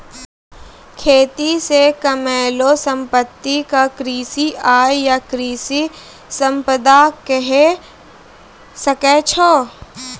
खेती से कमैलो संपत्ति क कृषि आय या कृषि संपदा कहे सकै छो